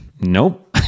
nope